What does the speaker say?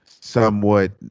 somewhat